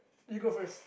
you go first